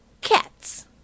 cats